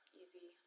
easy